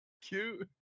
Cute